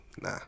nah